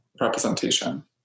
representation